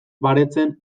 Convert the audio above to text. baretzen